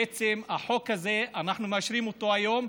בעצם את החוק הזה אנחנו מאשרים היום,